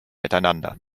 miteinander